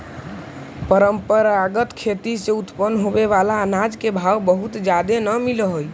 परंपरागत खेती से उत्पन्न होबे बला अनाज के भाव बहुत जादे न मिल हई